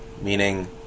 meaning